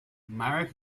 marek